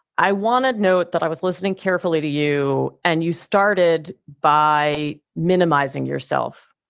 i want to note that i was listening carefully to you, and you started by minimizing yourself.